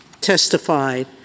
testified